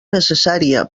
necessària